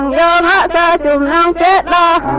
la la la la